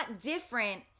different